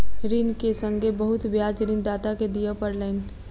ऋण के संगै बहुत ब्याज ऋणदाता के दिअ पड़लैन